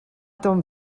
ton